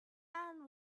and